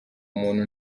muntu